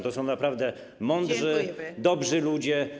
To są naprawę mądrzy, dobrzy ludzie.